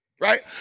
right